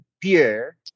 Pierre